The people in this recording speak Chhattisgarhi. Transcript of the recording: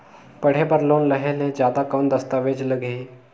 पढ़े बर लोन लहे ले कौन दस्तावेज लगही?